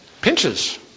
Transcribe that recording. pinches